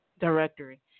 directory